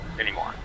anymore